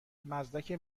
مزدک